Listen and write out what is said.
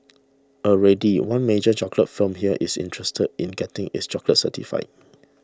already one major chocolate firm here is interested in getting its chocolates certified